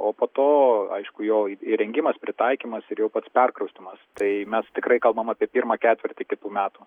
o po to aišku jo įrengimas pritaikymas ir jau pats perkraustymas tai mes tikrai kalbam apie pirmą ketvirtį kitų metų